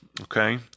okay